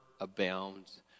abounds